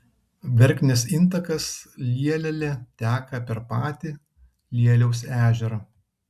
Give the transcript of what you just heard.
verknės intakas lielelė teka per patį lieliaus ežerą